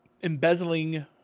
embezzling